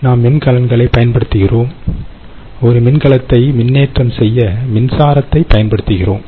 நாம் மின்கலங்களை பயன்படுத்துகிறோம் ஒரு மின்கலத்தை மின்னேற்றம் செய்ய மின்சாரத்தைப் பயன்படுத்துகிறோம்